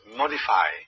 modify